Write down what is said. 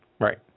Right